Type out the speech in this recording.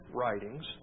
writings